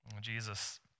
Jesus